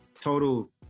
total